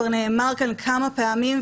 כבר נאמר כאן כמה פעמים,